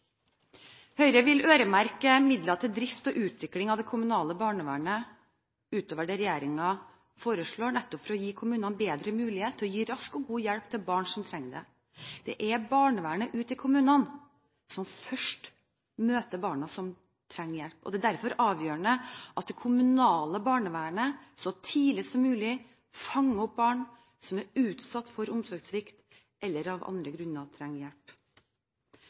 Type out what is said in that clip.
Høyre vil øremerke midler til drift og utvikling av det kommunale barnevernet utover det regjeringen foreslår, nettopp for å gi kommunene bedre mulighet til å gi rask og god hjelp til barn som trenger det. Det er barnevernet ute i kommunene som først møter de barna som trenger hjelp, og det er derfor avgjørende at det kommunale barnevernet så tidlig som mulig fanger opp barn som er utsatt for omsorgssvikt, eller av andre grunner trenger hjelp.